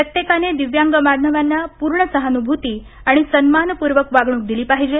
प्रत्येकाने दिव्यांग बांधवांना पूर्ण सहानुभूती आणि सन्मानपूर्वक वागणूक दिली पाहिजे